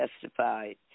testified